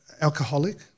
alcoholic